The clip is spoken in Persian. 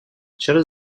چرا